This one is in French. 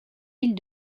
îles